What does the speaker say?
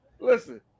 listen